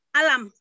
alam